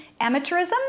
amateurism